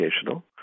educational